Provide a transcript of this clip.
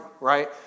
right